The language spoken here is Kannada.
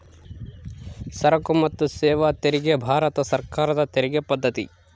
ಸರಕು ಮತ್ತು ಸೇವಾ ತೆರಿಗೆ ಭಾರತ ಸರ್ಕಾರದ ತೆರಿಗೆ ಪದ್ದತಿ